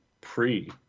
pre